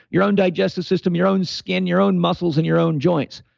your own digestive system, your own skin, your own muscles and your own joints.